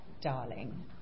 darling